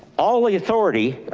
all the authority,